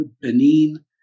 Benin